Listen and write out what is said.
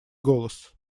голос